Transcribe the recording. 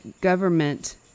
government